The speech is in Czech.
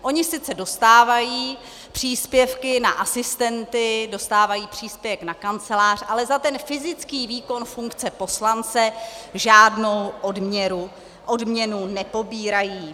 Oni sice dostávají příspěvky na asistenty, dostávají příspěvek na kancelář, ale za ten fyzický výkon funkce poslance žádnou odměnu nepobírají.